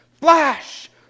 Flash